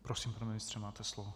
Prosím, pane ministře, máte slovo.